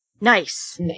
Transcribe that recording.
Nice